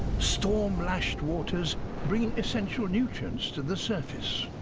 storm-lashed waters bring essential nutrients to the surface.